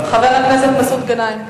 חבר הכנסת מסעוד גנאים?